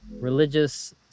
religious